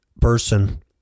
person